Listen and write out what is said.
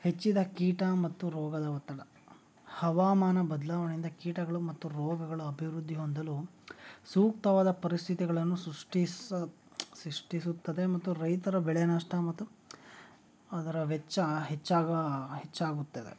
ಹೆಚ್ಚಿದ ಕೀಟ ಮತ್ತು ರೋಗದ ಒತ್ತಡ ಹವಾಮಾನ ಬದಲಾವಣೆಯಿಂದ ಕೀಟಗಳು ಮತ್ತು ರೋಗಗಳ ಅಭಿವೃದ್ಧಿ ಹೊಂದಲು ಸೂಕ್ತವಾದ ಪರಿಸ್ಥಿತಿಗಳನ್ನು ಸೃಷ್ಟಿಸ ಸೃಷ್ಟಿಸುತ್ತದೆ ಮತ್ತು ರೈತರ ಬೆಳೆ ನಷ್ಟ ಮತ್ತು ಅದರ ವೆಚ್ಚ ಹೆಚ್ಚಾಗು ಹೆಚ್ಚಾಗುತ್ತದೆ